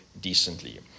decently